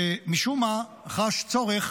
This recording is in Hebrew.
שמשום מה חש צורך